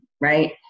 right